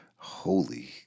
Holy